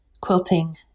quilting